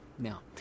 Now